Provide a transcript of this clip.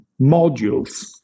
modules